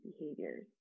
behaviors